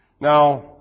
Now